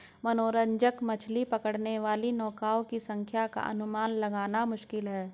मनोरंजक मछली पकड़ने वाली नौकाओं की संख्या का अनुमान लगाना मुश्किल है